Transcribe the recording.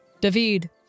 David